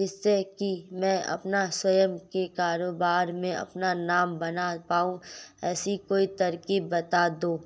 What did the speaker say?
जिससे कि मैं अपना स्वयं के कारोबार में अपना नाम बना पाऊं ऐसी कोई तरकीब पता दो?